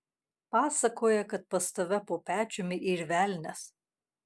pasakoja kad pas tave po pečiumi yr velnias